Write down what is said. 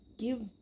Give